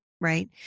right